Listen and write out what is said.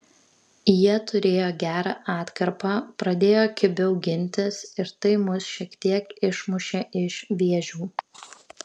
jie turėjo gerą atkarpą pradėjo kibiau gintis ir tai mus šiek tiek išmušė iš vėžių